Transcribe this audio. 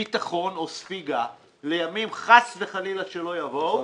ביטחון או ספיגה לימים, חס וחלילה שלא יבואו,